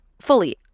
fully